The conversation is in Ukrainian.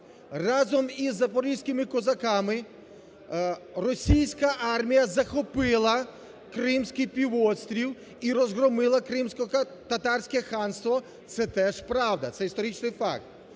Разом із запорізькими козаками російська армія захопила Кримський півострів і розгромила кримськотатарське ханство. Це теж правда, це історичний факт.